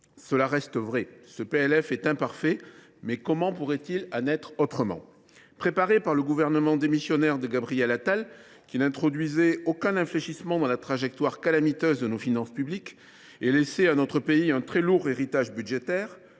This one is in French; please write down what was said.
Cela reste vrai, ce PLF est imparfait. Mais comment pourrait il en être autrement ? Préparé par le gouvernement démissionnaire de Gabriel Attal, qui n’introduisait aucun infléchissement dans la trajectoire calamiteuse de nos finances publiques et laissait à notre pays un très lourd héritage budgétaire…